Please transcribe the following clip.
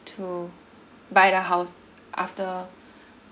to buy the house after